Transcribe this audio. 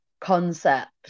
concept